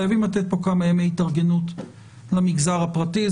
חייבים לתת כאן כמה ימי התארגנות למגזר הפרטי.